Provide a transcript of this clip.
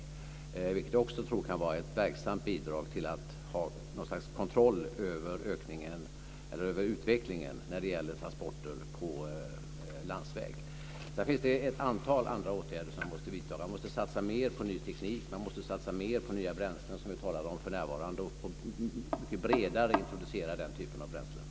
Det tror jag också kan vara ett verksamt bidrag till att ha något slags kontroll över utvecklingen i fråga om transporter på landsväg. Sedan finns det ett antal andra åtgärder som måste vidtas. Man måste satsa mer på ny teknik. Man måste satsa mer på nya bränslen, något som vi talar om för närvarande, och på ett mycket bredare sätt introducera den typen av bränslen.